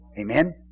Amen